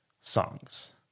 songs